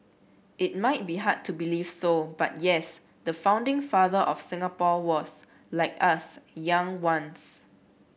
it might be hard to believe so but yes the founding father of Singapore was like us young once